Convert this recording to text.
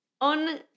On